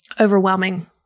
overwhelming